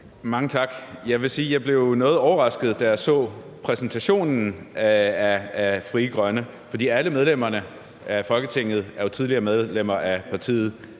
sige, at jeg blev noget overrasket, da jeg så præsentationen af Frie Grønne, for alle medlemmerne af Folketinget er jo tidligere medlemmer af partiet